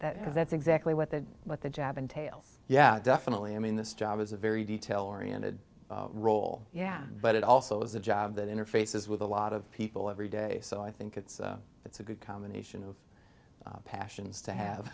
that that's exactly what the what the job entails yeah definitely i mean this job is a very detail oriented role yeah but it also is a job that interfaces with a lot of people every day so i think it's it's a good combination of passions to have